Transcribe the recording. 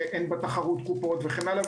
שאין בה תחרות קופות וכן הלאה,